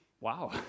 wow